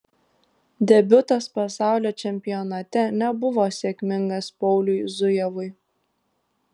debiutas pasaulio čempionate nebuvo sėkmingas pauliui zujevui